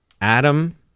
Adam